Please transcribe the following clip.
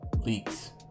Leaks